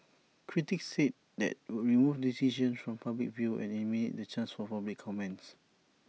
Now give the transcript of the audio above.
critics said that would remove decisions from public view and eliminate the chance for public comments